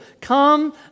Come